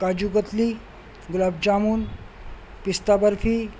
کاجو katli gulab jamun pista barfi